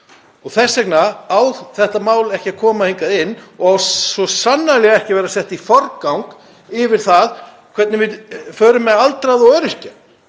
Þess vegna á þetta mál ekki að koma hingað inn og á svo sannarlega ekki að vera sett í forgang fram yfir það hvernig við förum með aldraða og öryrkja.